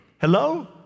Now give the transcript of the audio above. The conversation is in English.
Hello